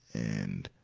and,